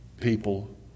People